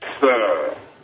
Sir